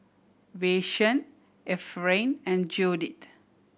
Vashon Efrain and Judith